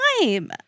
time